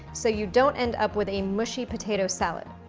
so you don't end up with a mushy potato salad.